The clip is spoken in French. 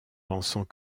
pensant